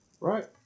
Right